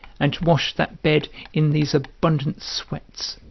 and washed that bed in these abundant sweats,